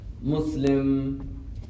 Muslim